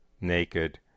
naked